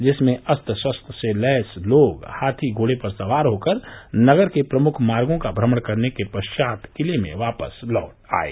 जिसमें अस्त्र शस्त्र से लैस लोग हाथी घोड़े पर सवार होकर नगर के प्रमुख मार्गो का भ्रमण करने के पश्चात किले में वापस लौट आये